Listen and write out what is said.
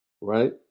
right